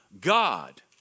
God